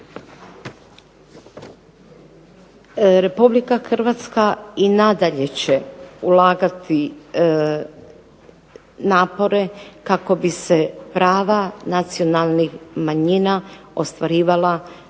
Republika Hrvatska i nadalje će ulagati napore kako bi se prava nacionalnih manjina ostvarivala